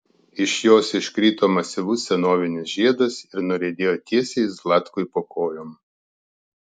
iš jos iškrito masyvus senovinis žiedas ir nuriedėjo tiesiai zlatkui po kojom